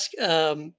ask